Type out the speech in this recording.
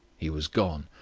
he was gone.